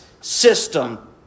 system